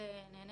נשמע